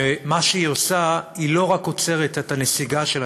שמה שהיא עושה הוא שהיא לא רק עוצרת את הנסיגה של התפקודים,